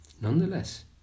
Nonetheless